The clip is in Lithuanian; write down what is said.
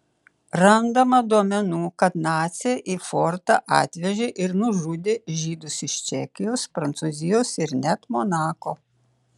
randama duomenų kad naciai į fortą atvežė ir nužudė žydus iš čekijos prancūzijos ir net monako